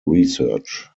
research